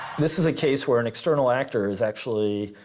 this is a case where an external actor is actually,